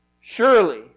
surely